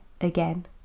again